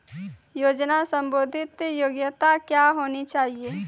योजना संबंधित योग्यता क्या होनी चाहिए?